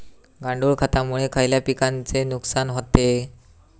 गांडूळ खतामुळे खयल्या पिकांचे नुकसान होते?